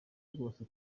rwose